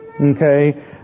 Okay